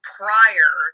prior